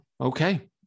okay